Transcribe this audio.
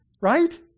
right